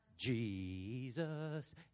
Jesus